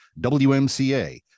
WMCA